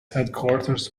headquarters